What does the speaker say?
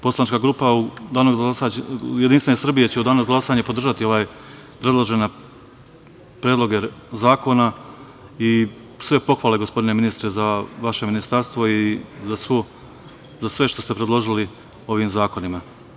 Poslanička grupa JS će u danu za glasanje podržati ove predložene zakone i sve pohvale, gospodine ministre, za vaše ministarstvo i za sve što ste predložili ovim zakonima.